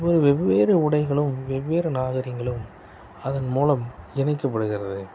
ஒரு வெவ்வேறு உடைகளும் வெவ்வேறு நாகரிங்கங்களும் அதன்முலம் இணைக்கப்படுகிறது